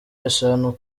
eshanu